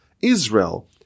Israel